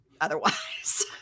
otherwise